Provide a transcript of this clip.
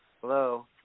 hello